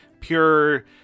pure